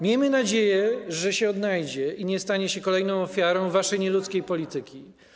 Miejmy nadzieję, że się odnajdzie i nie stanie się kolejną ofiarą waszej nieludzkiej polityki.